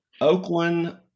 Oakland